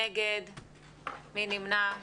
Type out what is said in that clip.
נמצאים איתנו גם אנשים שמחוברים אלינו בזום ויצטרפו לדיון.